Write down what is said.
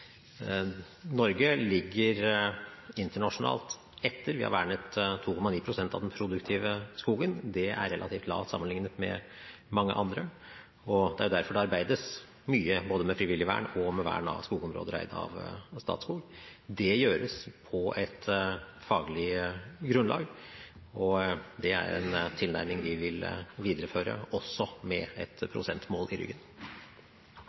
Norge ligger etter internasjonalt. Vi har vernet 2,9 pst. av den produktive skogen. Det er relativt lavt sammenlignet med mange andre. Det er derfor det arbeides mye både med frivillig vern og med vern av skogområder eid av Statskog. Det gjøres på et faglig grunnlag, og det er en tilnærming vi vil videreføre – også med et prosentmål i ryggen.